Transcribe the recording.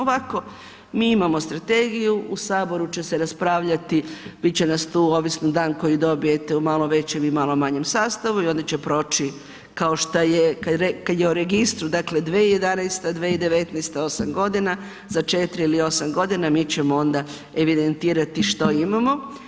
Ovako mi imamo strategiju, u Saboru će se raspravljati, bit će nas tu, ovisno dan koji dobijete u malo većem i malo manjem sastavi i onda će proći, kao što je o registru, dakle 2011., 2019., 8 godina, za 4 ili 8 godina, mi ćemo onda evidentirati što imamo.